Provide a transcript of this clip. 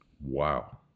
Wow